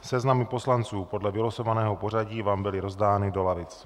Seznamy poslanců podle vylosovaného pořadí vám byly rozdány do lavic.